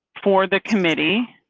for the committee.